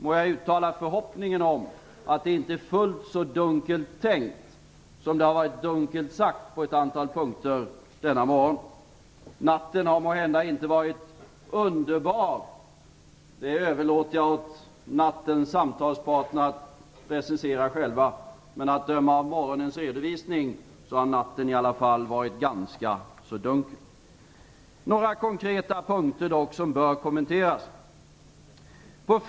Må jag uttala förhoppningen om att det inte är fullt så dunkelt tänkt som det har varit dunkelt sagt på ett antal punkter denna morgon. Natten har måhända inte varit underbar - det överlåter jag åt nattens samtalspartner att själva precisera - men att döma av morgonens redovisning har natten i alla fall varit ganska så dunkel. Det är några konkreta punkter som bör kommenteras.